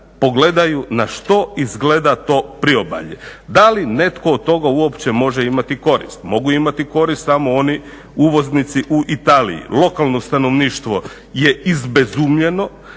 pogledaju na što izgleda to priobalje. Da li netko od toga uopće može imati koristi? Mogu imati korist samo oni uvoznici u Italiji. Lokalno stanovništvo je izbezumljeno,